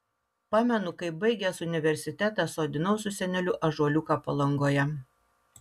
pamenu kaip baigęs universitetą sodinau su seneliu ąžuoliuką palangoje